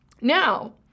Now